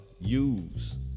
use